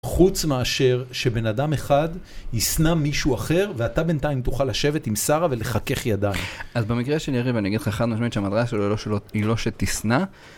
חוץ מאשר שבן אדם אחד ישנא מישהו אחר ואתה בינתיים תוכל לשבת עם שרה ולחכך ידיים אז במקרה ש.. אני אגיד לך אחד משמעית שהמטרה שלו היא לא שתשנא